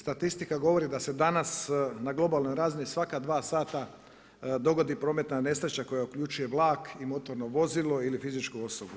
Statistika govori da se danas na globalnoj razini svaka dva sata dogodi prometna nesreća koja uključuje vlak i motorno vozilo ili fizičku osobu.